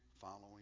following